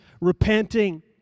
repenting